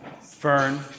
Fern